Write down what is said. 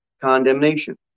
condemnation